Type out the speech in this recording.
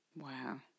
Wow